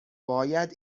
باید